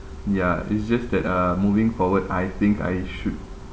ya it's just that uh moving forward I think I should